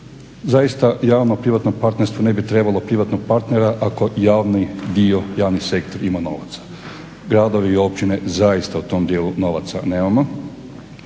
zaista javno-privatno partnerstvo ne bi trebalo privatnog partnera ako javni sektor ima novaca. Gradovi i općine zaista u tom dijelu novaca nemamo